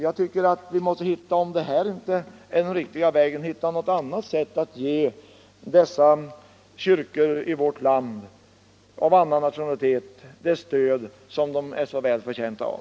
Om inte detta är den riktiga vägen måste vi hitta ett annat sätt att ge dessa kyrkor i vårt land av annan nationalitet det stöd som de är så väl förtjänta av.